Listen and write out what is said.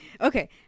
Okay